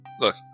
look